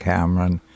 Cameron